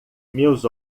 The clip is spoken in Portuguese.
meus